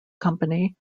company